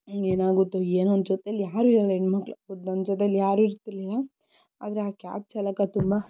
ಏನಾಗುತ್ತೋ ಏನೋ ನಮ್ಮ ಜೊತೆಯಲ್ಲಿ ಯಾರೂ ಇರಲ್ಲ ಹೆಣ್ಣುಮಕ್ಕಳು ಹೌದು ನಮ್ಮ ಜೊತೆಯಲ್ಲಿ ಯಾರೂ ಇರ್ತಿರ್ಲಿಲ್ಲ ಆದರೆ ಆ ಕ್ಯಾಬ್ ಚಾಲಕ ತುಂಬ